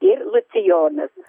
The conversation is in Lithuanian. ir liucijonas